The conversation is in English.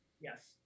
Yes